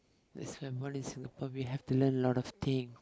this family in Singapore we have to learn a lot of thing